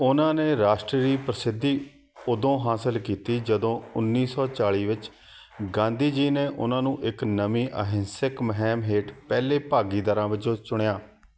ਉਨ੍ਹਾਂ ਨੇ ਰਾਸ਼ਟਰੀ ਪ੍ਰਸਿੱਧੀ ਉਦੋਂ ਹਾਸਲ ਕੀਤੀ ਜਦੋਂ ਉੱਨੀ ਸੌ ਚਾਲੀ ਵਿੱਚ ਗਾਂਧੀ ਜੀ ਨੇ ਉਨ੍ਹਾਂ ਨੂੰ ਇੱਕ ਨਵੀਂ ਅਹਿੰਸਕ ਮੁਹਿੰਮ ਹੇਠ ਪਹਿਲੇ ਭਾਗੀਦਾਰਾਂ ਵਜੋਂ ਚੁਣਿਆ